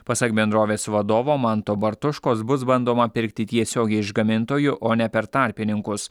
pasak bendrovės vadovo manto bartuškos bus bandoma pirkti tiesiogiai iš gamintojų o ne per tarpininkus